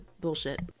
bullshit